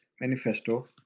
Manifesto